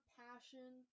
passion